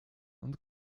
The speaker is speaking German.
und